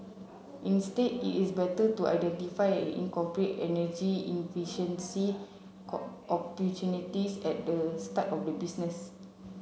instead it is better to identify and incorporate energy efficiency opportunities at the start of the business